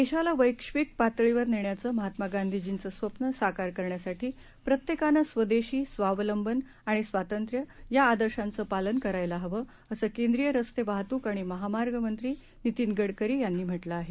देशाला वश्रिक पातळीवर नेण्याचं महात्मा गांधीजीचं स्वप्न साकार करण्यासाठी प्रत्येकानं स्वदेशी स्वावलंबन आणि स्वातंत्र्य या आदर्शाचं पालन करायला हवं असं केंद्रीय रस्ते वाहतूक आणि महामार्ग मंत्री नितिन गडकरी यांनी म्हटलं आहे